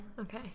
Okay